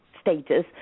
status